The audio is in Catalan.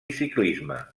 ciclisme